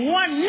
one